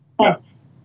Yes